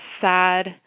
sad